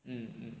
mm mm